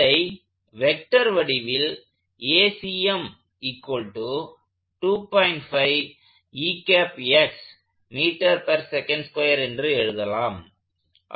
இதை வெக்டர் வடிவில் என்று எழுதலாம்